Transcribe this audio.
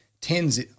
tens